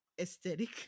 aesthetic